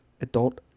Adult